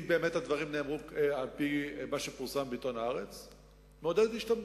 אם באמת הדברים נאמרו על-פי מה שפורסם בעיתון "הארץ"; מעודדת השתמטות,